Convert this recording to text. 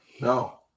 No